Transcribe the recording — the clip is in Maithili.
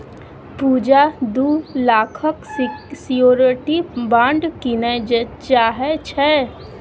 पुजा दु लाखक सियोरटी बॉण्ड कीनय चाहै छै